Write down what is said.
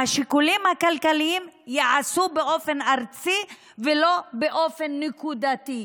והשיקולים הכלכליים ייעשו באופן ארצי ולא באופן נקודתי,